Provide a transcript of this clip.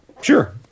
Sure